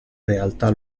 realtà